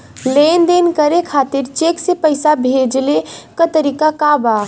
लेन देन करे खातिर चेंक से पैसा भेजेले क तरीकाका बा?